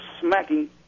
smacking